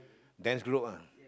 dance group ah